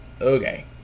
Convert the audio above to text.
Okay